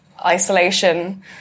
isolation